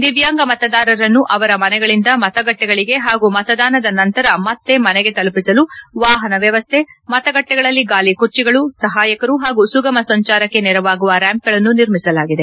ದಿವ್ಯಾಂಗ ಮತದಾರರನ್ನು ಅವರ ಮನೆಗಳಿಂದ ಮತಗಟ್ಟೆಗಳಿಗೆ ಹಾಗೂ ಮತದಾನದ ನಂತರ ಮತ್ತೆ ಮನೆಗೆ ತಲುಪಿಸಲು ವಾಹನ ವ್ಯವಸ್ಥೆ ಮತಗಟ್ಟೆಗಳಲ್ಲಿ ಗಾಲಿಕುರ್ಚಿಗಳು ಸಹಾಯಕರು ಹಾಗೂ ಸುಗಮ ಸಂಚಾರಕ್ಕೆ ನೆರವಾಗುವ ರ್ಯಾಂಪ್ಗಳನ್ನು ನಿರ್ಮಿಸಲಾಗಿದೆ